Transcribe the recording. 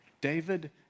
David